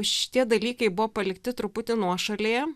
šitie dalykai buvo palikti truputį nuošalėje